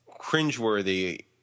cringeworthy